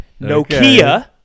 Nokia